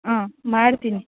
ಹಾಂ ಮಾಡ್ತೀನಿ